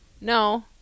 no